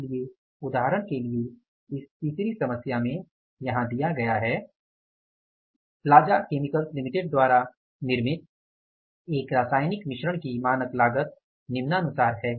इसलिए उदाहरण के लिए इस तीसरी समस्या में यह यहाँ दिया गया है प्लाजा केमिकल्स लिमिटेड द्वारा निर्मित एक रासायनिक मिश्रण की मानक लागत निम्नानुसार है